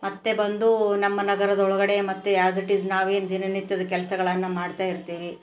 ಮತ್ತೆ ಬಂದು ನಮ್ಮ ನಗರದೊಳಗಡೆ ಮತ್ತೆ ಆ್ಯಸ್ ಇಟ್ ಈಸ್ ನಾವೇನು ದಿನನಿತ್ಯದ ಕೆಲ್ಸಗಳನ್ನು ಮಾಡ್ತಯಿರ್ತೀವಿ